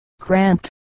cramped